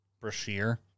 Brashear